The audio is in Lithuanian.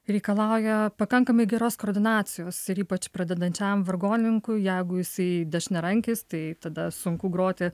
reikalauja pakankamai geros koordinacijos ir ypač pradedančiajam vargonininkui jeigu jisai dešiniarankis tai tada sunku groti